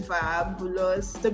Fabulous